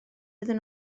iddyn